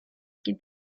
იგი